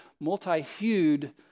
multi-hued